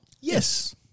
Yes